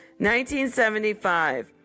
1975